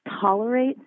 tolerate